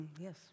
Yes